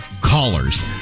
callers